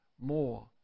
more